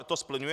To splňuje.